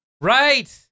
Right